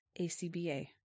ACBA